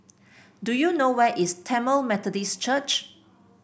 do you know where is Tamil Methodist Church